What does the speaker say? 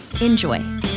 Enjoy